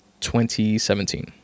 2017